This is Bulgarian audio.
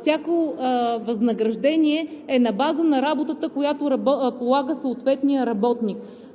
всяко възнаграждение е на база на работата, която полага съответният работник.